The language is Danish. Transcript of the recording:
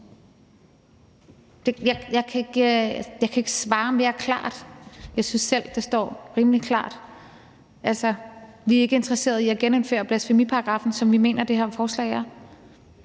Jeg kan ikke svare mere klart på det. Jeg synes selv, at det fremstår rimelig klart. Altså, vi er ikke interesseret i at genindføre blasfemiparagraffen, som vi mener der er tale